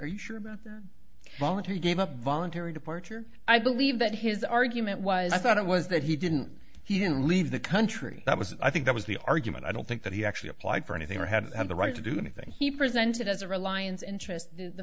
are you sure about the moment he gave up voluntary departure i believe that his argument was that it was that he didn't he didn't leave the country that was i think that was the argument i don't think that he actually applied for anything or had the right to do anything he presented as a reliance interest the